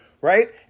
right